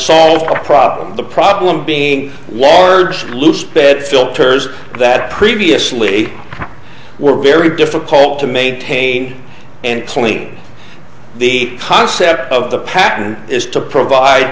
solve a problem the problem being large blue sped filters that previously were very difficult to maintain and clean the concept of the patent is to provide